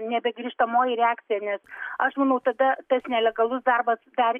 nebe grįžtamoji reakcija nes aš manau tada tas nelegalus darbas dar